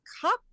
cup